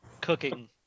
cooking